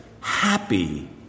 happy